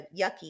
yucky